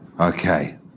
Okay